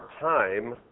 time